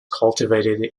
cultivated